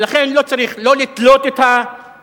ולכן לא צריך לא לתלות את המנהיג